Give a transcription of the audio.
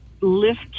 lift